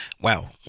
wow